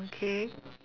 okay